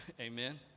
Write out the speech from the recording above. Amen